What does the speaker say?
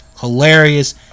hilarious